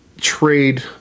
trade